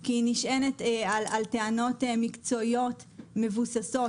כי היא נשענת על טענות מקצועיות מבוססות.